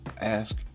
ask